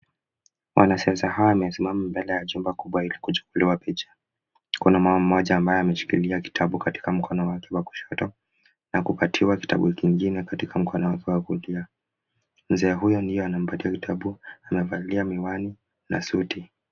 Wanasiasa hawa wamesimama mbele ya chumba kubwa ili kuchukuliwa picha. Kuna mama mmoja ambaye ameshikilia kitabu katika mkono wake wa kushoto na kupatiwa kitabu kingine katika mkono wake wa kulia. Mzee huyu ndiye anampatia vitabu anavalia miwani na suti.